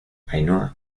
ainhoa